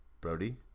Brody